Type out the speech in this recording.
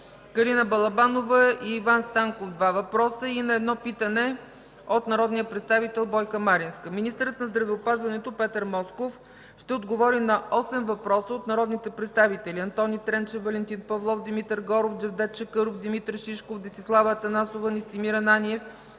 Калина Балабанова, и Иван Станков (два въпроса) и на едно питане от народния представител Бойка Маринска; – министърът на здравеопазването Петър Москов ще отговори на осем въпроса от народните представители Антони Тренчев, Валентин Павлов, Димитър Горов, Джевдет Чакъров, Димитър Шишков, Десислава Атанасова, Настимир Ананиев,